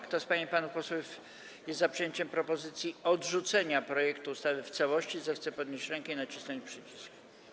Kto z pań i panów posłów jest za przyjęciem propozycji odrzucenia projektu ustawy w całości, zechce podnieść rękę i nacisnąć przycisk.